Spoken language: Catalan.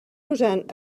usant